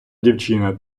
дівчина